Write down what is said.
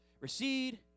recede